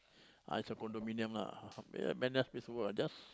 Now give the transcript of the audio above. ah is a condominium lah